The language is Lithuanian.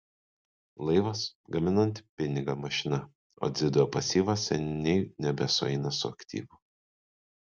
laivas gaminanti pinigą mašina o dzido pasyvas seniai nebesueina su aktyvu